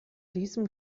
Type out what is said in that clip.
diesem